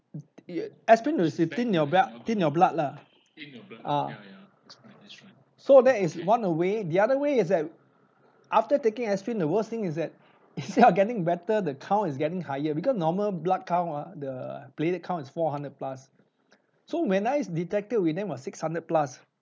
err aspirin will thin your blood thin your blood lah ah so that is one of the way the other way is that after taking aspirin the worst thing is that you are getting better the count is getting higher because normal blood count ah the platelet count is four hundred plus so when I detected with then was six hundred plus